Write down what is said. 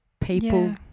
people